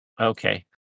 Okay